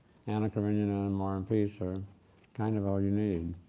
anna karenina, and war and peace are kind of all you need.